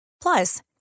Plus